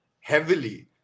Heavily